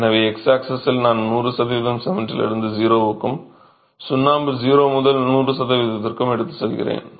எனவே x ஆக்ஸிசில் நான் 100 சதவிகிதம் சிமெண்டிலிருந்து 0 க்கும் சுண்ணாம்பு 0 முதல் 100 சதவிகிதத்திற்கும் எடுத்து செல்கிறேன்